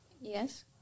Yes